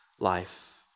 life